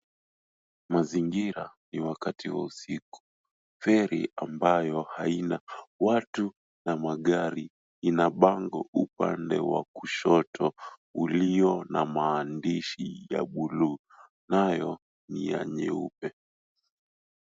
Mazingira ni wakati wa usiku. Feri ambayo haina watu na magari ina bango upande wa kushoto ulio na maandishi ya buluu, nayo ni ya nyeupe.